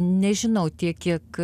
nežinau tiek kiek